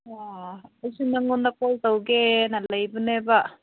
ꯑꯥ ꯑꯩꯁꯨ ꯅꯪꯉꯣꯟꯗ ꯀꯣꯜ ꯇꯧꯒꯦꯅ ꯂꯩꯕꯅꯦꯕ